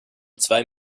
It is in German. zwei